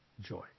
joy